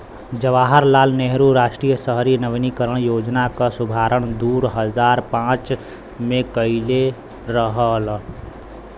जवाहर लाल नेहरू राष्ट्रीय शहरी नवीनीकरण योजना क शुभारंभ दू हजार पांच में कइले रहलन